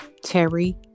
Terry